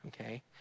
okay